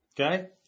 okay